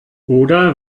oder